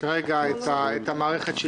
כרגע את המערכת.